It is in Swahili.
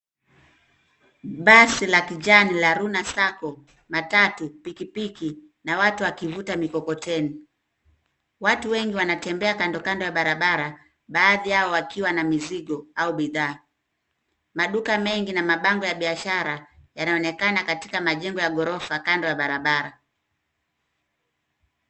Basi la kijani la Runa Sacco matatu, pikipiki na watu wakivuta mikokoteni. Watu wengi wanatembea kandokando ya barabara baadhi yao wakiwa na mizigo au bidhaa. Maduka mengi na mabango ya biashara yanaonekana katika majengo ya ghorofa kando ya barabara.